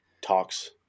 talks